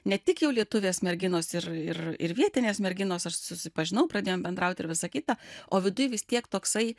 ne tik jau lietuvės merginos ir ir ir vietinės merginos aš susipažinau pradėjom bendraut ir visa kita o viduj vis tiek toksai